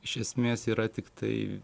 iš esmės yra tiktai